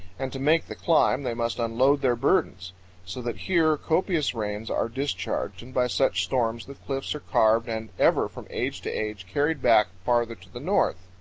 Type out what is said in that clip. and to make the climb they must unload their burdens so that here copious rains are discharged, and by such storms the cliffs are carved and ever from age to age carried back farther to the north.